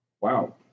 Wow